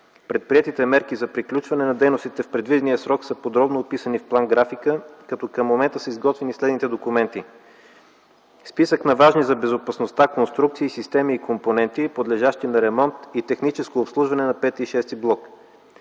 Предприетите мерки за приключване на дейностите в предвидения срок са подробно описани в план-графика, като към момента са изготвени следните документи: - списък на важни за безопасността конструкции, системи и компоненти, подлежащи на ремонт и техническо обслужване на пети и шести